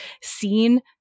seen